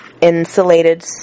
insulated